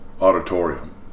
auditorium